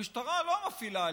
המשטרה לא מפעילה אלימות,